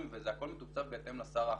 וזה הכל מתוקצב בהתאם לשר האחראי.